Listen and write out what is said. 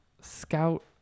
scout